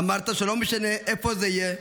אמרת שלא משנה איפה זה יהיה,